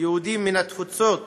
יהודים מן התפוצות